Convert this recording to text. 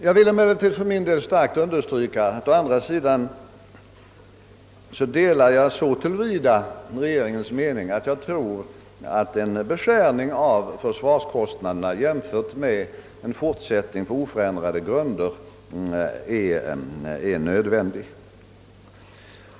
Jag vill emellertid för min del starkt understryka att jag å andra sidan så till vida delar regeringens mening att jag tror att en väsentlig nedskärning av försvarskostnaderna jämfört med en fortsättning på oförändrade grunder är nödvändig.